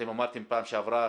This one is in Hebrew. אתם אמרתם פעם שעברה